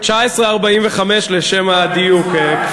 19:45, לשם הדיוק.